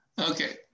Okay